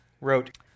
wrote